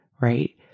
right